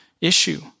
issue